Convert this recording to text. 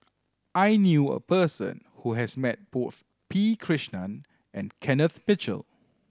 I knew a person who has met both P Krishnan and Kenneth Mitchell